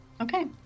Okay